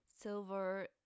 silver